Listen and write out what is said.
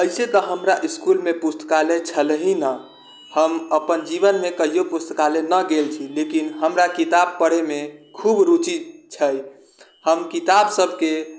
अइसे तऽ हमरा इसकुलमे पुस्तकालय छलैहे नहि हम अपन जीवनमे कहियौ पुस्तकालय नहि गेल छी लेकिन हमरा किताब पढ़ैमे खूब रुचि छै हम किताब सबके